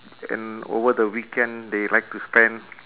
and over the weekend they like to spend